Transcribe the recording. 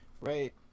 right